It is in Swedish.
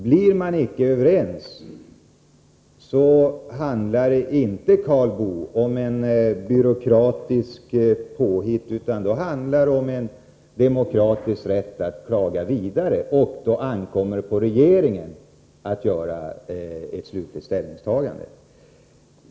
Blir man inte överens, handlar det inte, Karl Boo, om ett byråkratiskt påhitt utan om en demokratisk rätt att klaga vidare. Då ankommer det på regeringen att göra det slutliga ställningstagandet.